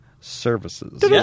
services